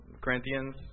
Corinthians